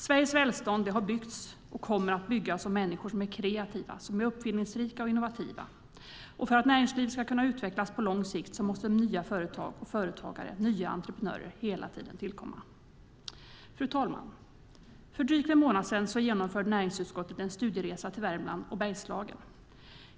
Sveriges välstånd har byggts och kommer att byggas av människor som är kreativa, uppfinningsrika och innovativa. För att näringslivet ska kunna utvecklas på lång sikt måste nya företag och företagare, nya entreprenörer, hela tiden tillkomma. Fru talman! För drygt en månad sedan genomförde näringsutskottet en studieresa till Värmland och Bergslagen.